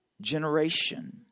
generation